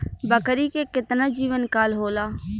बकरी के केतना जीवन काल होला?